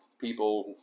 people